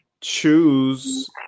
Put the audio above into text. Choose